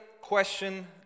question